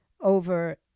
over